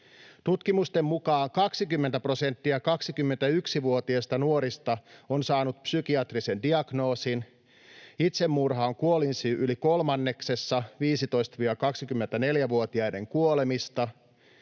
Tutkimusten mukaan 20 prosenttia 21-vuotiaista nuorista on saanut psykiatrisen diagnoosin, itsemurha on kuolinsyy yli kolmanneksessa 15—24-vuotiaiden kuolemista